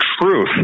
truth